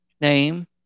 name